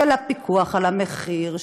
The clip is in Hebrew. הפיקוח על המחיר,